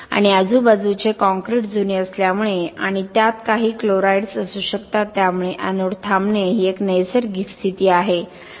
आणि आजूबाजूचे काँक्रीट जुने असल्यामुळे आणि त्यात काही क्लोराइड्स असू शकतात त्यामुळे एनोड थांबणे ही एक नैसर्गिक स्थिती आहे